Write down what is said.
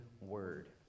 word